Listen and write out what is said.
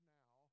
now